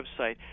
website